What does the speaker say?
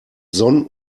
sonn